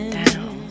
down